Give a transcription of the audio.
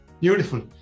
Beautiful